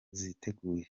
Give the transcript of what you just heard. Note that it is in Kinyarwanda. ziteguye